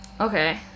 Okay